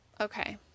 Okay